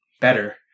better